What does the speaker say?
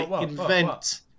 invent